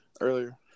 earlier